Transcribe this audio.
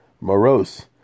morose